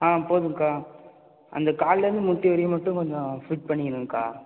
ஆ போதும்க்கா அந்த காலிலேருந்து முட்டி வரையும் மட்டும் கொஞ்சம் ஃபிட் பண்ணிக்கணும்க்கா